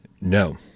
No